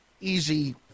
easy